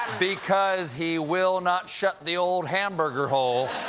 because he will not shut the old hamburger hole.